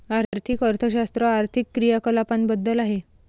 आर्थिक अर्थशास्त्र आर्थिक क्रियाकलापांबद्दल आहे